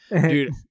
Dude